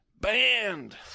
banned